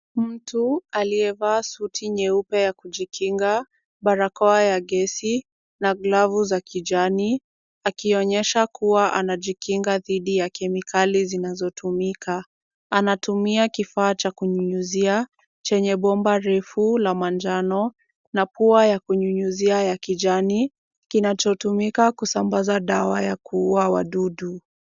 Mtu aliyevaa suti nyeupe ya kujikinga, barakoa ya gesi na glavu za kijani akionyesha kuwa anajikinga dhidi ya kemikali zinazotumika. Anatumia kifaa cha kunyunyuzia chenye bomba refu la manjano na pua ya kunyunyuzia ya kijani kinachotumika kusambaza dawa ya kuuwa wadudu.